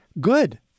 good